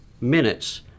minutes